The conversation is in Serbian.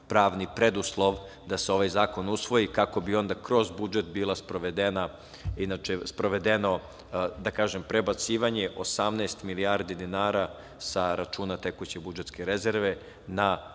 pravni preduslov da se ovaj zakon usvoji, kako bi onda kroz budžet bilo sprovedeno prebacivanje 18 milijardi dinara sa računa tekuće budžetske rezerve na